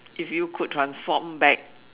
if you could transform back